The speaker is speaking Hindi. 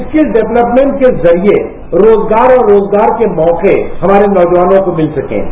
रिकल डेवलपमेंट के जरिये रोजगार और रोजगार के मौके हमारे नौजवानों को मिल सकेंगे